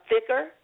thicker